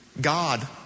God